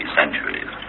centuries